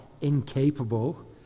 incapable